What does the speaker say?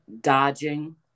dodging